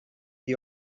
the